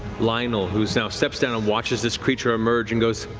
lionel, who now steps down and watches this creature emerge and goes,